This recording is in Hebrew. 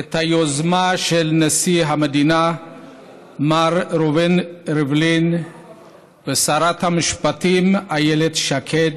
את היוזמה של נשיא המדינה מר ראובן ריבלין ושרת המשפטים איילת שקד